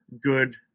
good